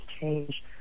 change